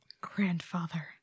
Grandfather